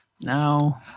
No